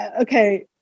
okay